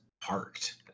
parked